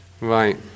Right